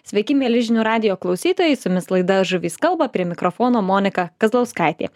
sveiki mieli žinių radijo klausytojai su jumis laida žuvys kalba prie mikrofono monika kazlauskaitė